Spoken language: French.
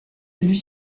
lui